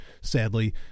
sadly